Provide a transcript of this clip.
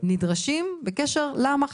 אתה שם לב שעצם החוק הזה מקנה את הזכות רק למי שחלה?